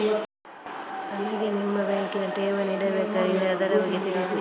ನನಗೆ ನಿಮ್ಮ ಬ್ಯಾಂಕಿನಲ್ಲಿ ಠೇವಣಿ ಇಡಬೇಕಾಗಿದೆ, ಅದರ ಬಗ್ಗೆ ತಿಳಿಸಿ